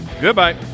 Goodbye